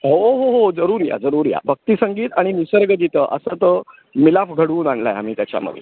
हो हो हो जरूर या जरूर या भक्तिसंगीत आणि निसर्गगीतं असा तो मिलाफ घडवून आणला आहे आम्ही त्याच्यामध्ये